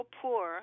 poor